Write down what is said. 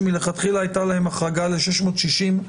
שמלכתחילה היתה להם החרגה ל-660,000,